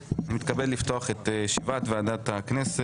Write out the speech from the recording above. בוקר טוב, אני מתכבד לפתוח את ישיבת ועדת הכנסת,